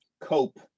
cope